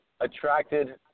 attracted